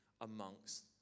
amongst